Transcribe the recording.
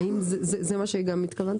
האם זה גם מה שאייל התכוון?